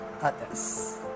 others